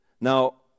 Now